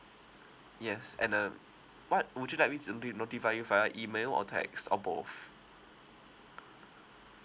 yes and um what would you like me to be notify you via email or text or both